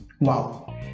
Wow